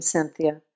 Cynthia